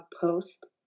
post